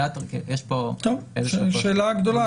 זאת שאלה גדולה.